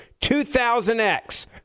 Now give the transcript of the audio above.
2000X